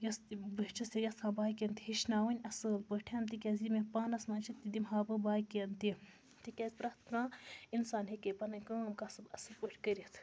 یُس تہِ بہٕ چھَس یہِ یَژھان باقٕیَن تہِ ہیٚچھناوٕنۍ اَصٕل پٲٹھۍ تِکیٛازِ یہِ مےٚ پانَس منٛز چھِ تہِ دِمہٕ ہا بہٕ باقٕیَن تہِ تِکیٛازِ پرٮ۪تھ کانٛہہ اِنسان ہیٚکہِ پَنٕنۍ کٲم کَسٕب اَصٕل پٲٹھۍ کٔرِتھ